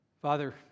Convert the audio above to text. Father